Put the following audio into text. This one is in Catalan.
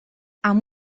amb